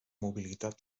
mobilitat